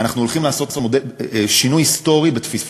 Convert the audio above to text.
אנחנו הולכים לעשות שינוי היסטורי בתפיסה.